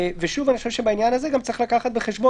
שוב, אני חושב שבעניין הזה צריך לקחת בחשבון